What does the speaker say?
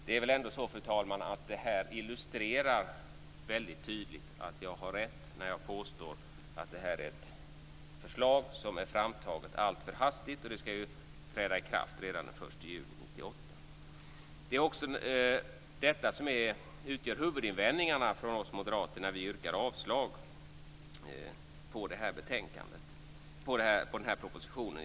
Det är väl ändå så, fru talman, att detta tydligt illustrerar att jag har rätt när jag påstår att det här förslaget är framtaget alltför hastigt. Det skall ju träda i kraft redan den 1 juli 1998. Det är också det här som utgör huvudinvändningarna från oss moderater när vi yrkar avslag beträffande de flesta delarna i propositionen.